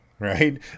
Right